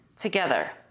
together